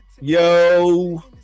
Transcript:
Yo